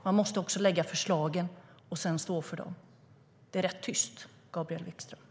Man måste också lägga fram förslag och sedan stå för dem. Det är rätt tyst, Gabriel Wikström.